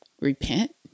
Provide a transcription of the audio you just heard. Repent